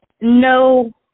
no